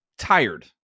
tired